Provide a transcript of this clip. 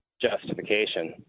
justification